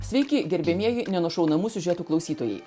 sveiki gerbiamieji nenušaunamų siužetų klausytojai